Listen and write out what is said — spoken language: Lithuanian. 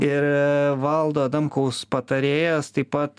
ir valdo adamkaus patarėjas taip pat